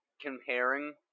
comparing